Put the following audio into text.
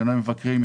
חניוני מבקרים,